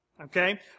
Okay